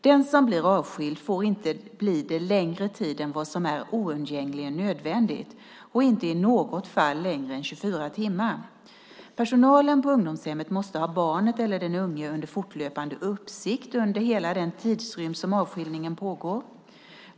Den som blir avskild får inte bli det längre tid än vad som är oundgängligen nödvändigt och inte i något fall längre än 24 timmar. Personalen på ungdomshemmet måste ha barnet eller den unge under fortlöpande uppsikt under hela den tidsrymd som avskiljningen pågår.